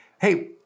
hey